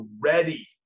ready